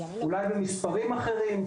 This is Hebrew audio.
אולי במספרים אחרים.